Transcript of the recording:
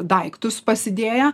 daiktus pasidėję